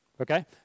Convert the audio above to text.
okay